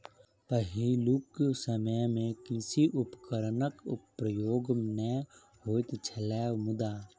पहिलुक समय मे कृषि उपकरणक प्रयोग नै होइत छलै मुदा